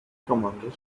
commander